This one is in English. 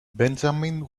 benjamin